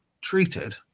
treated